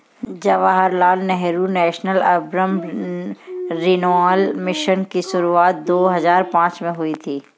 Jawaharlal Nehru national urban renewal mission की शुरुआत दो हज़ार पांच में हुई थी